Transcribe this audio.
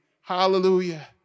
Hallelujah